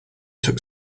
took